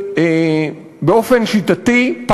באופן שיטתי,